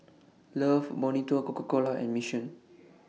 Love Bonito Coca Cola and Mission